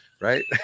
right